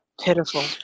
Pitiful